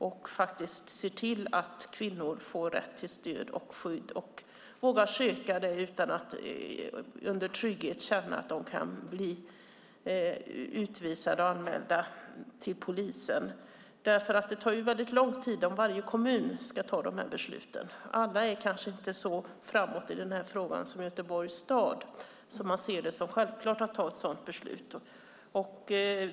Det handlar om att vi ser till att kvinnor får rätt till stöd och skydd och vågar söka det och under trygghet utan att känna att de kan bli utvisade och anmälda till polisen. Det tar väldigt lång tid om varje kommun ska fatta de besluten. Alla är inte så framåt i den här frågan som Göteborgs stad att de ser det som självklart att fatta ett sådant beslut.